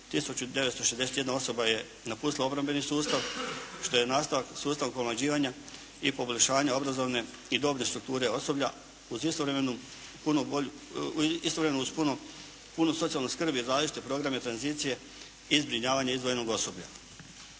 1961 osoba je napustila obrambeni sustav što je nastavak sustavnog pomlađivanja i poboljšavanja obrazovne i dobne strukture osoblja uz istovremeno uz punu socijalnu skrb i različite programe tranzicije i zbrinjavanja izdvojenog osoblja.